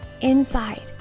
Inside